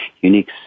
unique